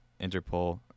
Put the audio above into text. Interpol